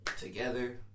together